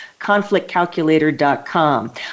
ConflictCalculator.com